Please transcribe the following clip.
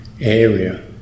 area